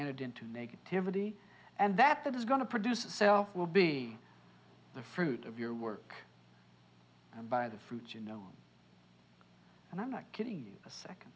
entered into negativity and that that is going to produce a self will be the fruit of your work and by the fruits you know and i'm not kidding